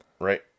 Right